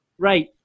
Right